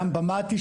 גם במת"י,